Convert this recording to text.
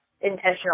intentional